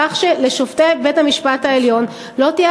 כך שלשופטי בית-המשפט העליון לא תהיה